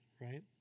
right